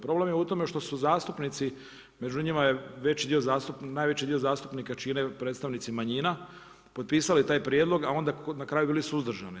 Problem je u tome što su zastupnici, među njima je najveći dio zastupnika čine predstavnici manjina potpisali taj prijedlog, a onda na kraju bili suzdržani.